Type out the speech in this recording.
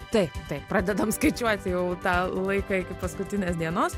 taip taip pradedam skaičiuoti jau tą laiką iki paskutinės dienos